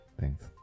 Thanks